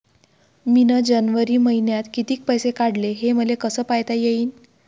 मिन जनवरी मईन्यात कितीक पैसे काढले, हे मले कस पायता येईन?